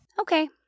okay